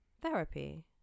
therapy